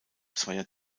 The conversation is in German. zweier